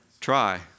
Try